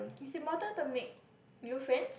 it's important to make new friends